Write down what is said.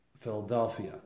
Philadelphia